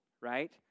right